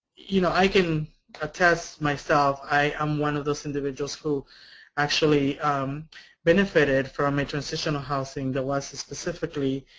you know, i can attest myself, i am one of those individuals who actually benefited from a transitional housing that was specifically